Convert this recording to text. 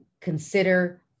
consider